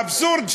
האבסורד,